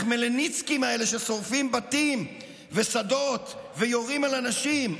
החמלניצקים האלה ששורפים בתים ושדות ויורים על אנשים,